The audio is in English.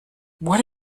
what